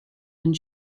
and